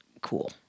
cool